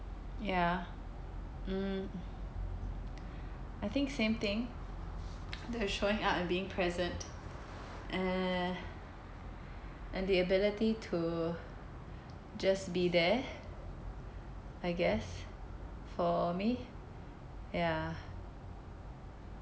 ya mm I think same thing that showing up and being present uh and the ability to just be there I guess for me ya